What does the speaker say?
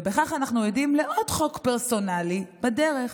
ובכך אנחנו עדים לעוד חוק פרסונלי בדרך,